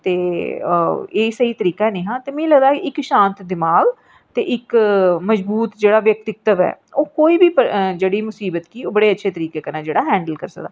ते एह् स्हेई तरीका नीं हा मिगी लगदा इक शांत दिमाग ते इक मजबूत जेह्ड़ा व्यक्तित्व ऐ ओह् कोई बी जेह्ड़ी मुसीबत गी अच्छे तरीके कन्नै हैंड़ल करी सकदा